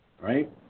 right